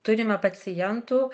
turime pacientų